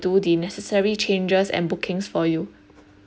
do the necessary changes and bookings for you